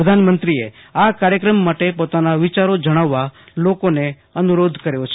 પ્રધાનમંત્રીએ આ કાર્યક્રમ માટે પોતાના વિચારો જજ્જાવવા લોકોને અનુરોધ કર્યો છે